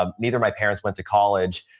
um neither my parents went to college.